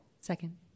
Second